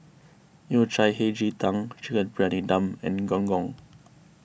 Yao Cai Hei Ji Tang Chicken Briyani Dum and Gong Gong